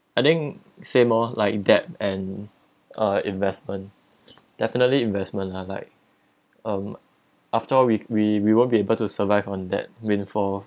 I think same oh like debt and uh investment definitely investment lah like um after all we we we won't be able to survive on that windfall